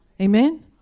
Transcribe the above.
Amen